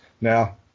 Now